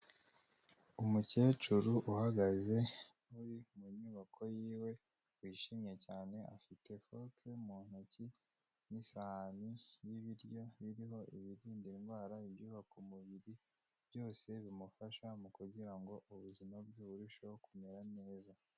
Umukecuru uhagaze uri mu nyubako yiwe, wishimye cyane, afite ifoke mu ntoki n'isahani y'ibiryo biriho ibirinda indwara, ibyubaka umubiri, byose bimufasha mu kugira ngo ubuzima bwe burusheho kumera neza.